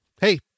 Hey